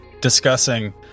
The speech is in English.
discussing